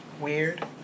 weird